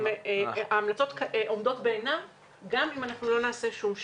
אכן עומדות בעינן גם לא נעשה שום שינוי.